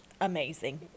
amazing